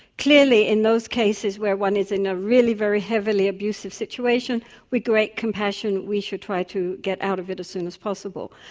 clearly in those cases where one is in a really very heavily abusive situation with great compassion we should try to get out of it as soon as possible.